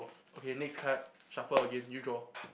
okay next card shuffle again you draw